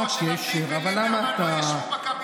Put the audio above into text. כמו שלפיד וליברמן לא ישבו בקבינט.